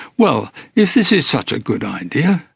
well, if this is such a good idea,